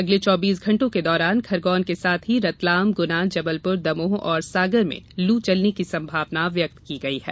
अगले चौबीस घण्टों के दौरान खरगौन के साथ ही रतलाम गुना जबलपुर दमोह और सागर में लू चलने की संभावना व्यक्त की गई है